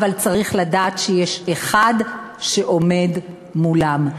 אבל צריך לדעת שיש אחד שעומד מולם.